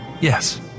Yes